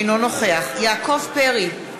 אינו נוכח יעקב פרי,